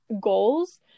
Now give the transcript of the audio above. goals